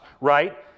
right